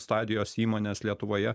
stadijos įmones lietuvoje